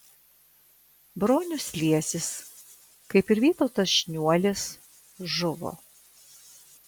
bronius liesis kaip ir vytautas šniuolis žuvo